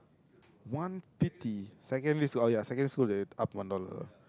one fifty secondary school oh ya secondary school they up one dollar